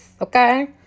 okay